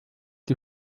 die